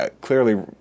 clearly